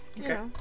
Okay